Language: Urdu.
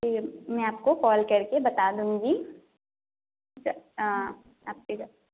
جی میں آپ کو کال کر کے بتا دوں گی آپ کے